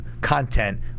content